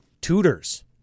Tutors